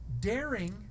daring